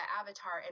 avatar